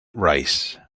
rice